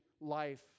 life